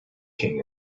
king